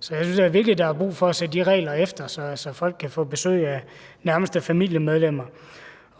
så jeg synes virkelig, der er brug for at se de regler efter, så folk kan få besøg af nærmeste familiemedlemmer.